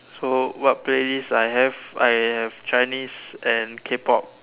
so what playlist I have I have Chinese and K-pop